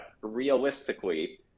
Realistically